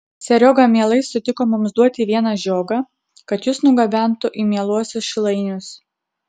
serioga mielai sutiko mums duoti vieną žiogą kad jus nugabentų į mieluosius šilainius